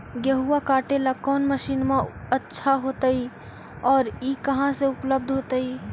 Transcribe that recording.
गेहुआ काटेला कौन मशीनमा अच्छा होतई और ई कहा से उपल्ब्ध होतई?